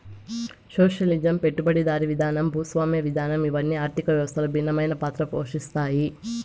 socialism పెట్టుబడిదారీ విధానం భూస్వామ్య విధానం ఇవన్ని ఆర్థిక వ్యవస్థలో భిన్నమైన పాత్ర పోషిత్తాయి